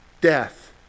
death